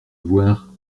voir